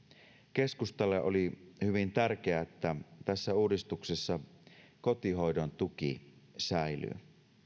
keskustalle oli hyvin tärkeää että tässä uudistuksessa kotihoidon tuki säilyy